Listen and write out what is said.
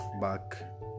back